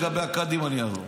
לגבי הקאדים, אני אענה.